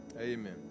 Amen